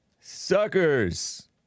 Suckers